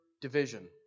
division